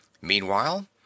Meanwhile